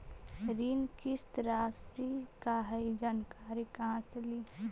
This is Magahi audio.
ऋण किस्त रासि का हई जानकारी कहाँ से ली?